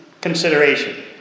consideration